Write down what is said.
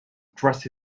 dress